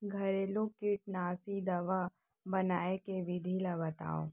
घरेलू कीटनाशी दवा बनाए के विधि ला बतावव?